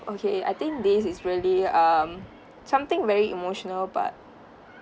okay I think this is really um something very emotional but